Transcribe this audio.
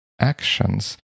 actions